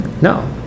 No